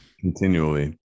Continually